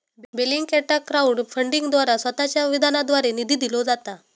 बेलिंगकॅटाक क्राउड फंडिंगद्वारा स्वतःच्या विधानाद्वारे निधी दिलो जाता